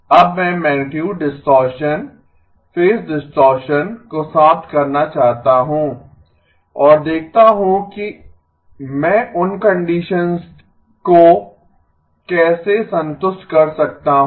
अब मैं magnitude distortion phase distortion को समाप्त करना चाहता हूं और देखता हूं कि मैं उन कंडीशंस को कैसे संतुष्ट कर सकता हूं